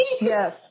yes